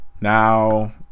Now